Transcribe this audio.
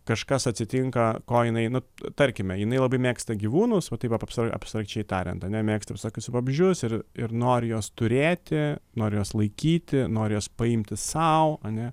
kažkas atsitinka ko jinai nu tarkime jinai labai mėgsta gyvūnus va taip vat abs abstrakčiai tariant ane mėgsta visokius vabzdžius ir ir nori juos turėti nori juos laikyti nori juos paimti sau ane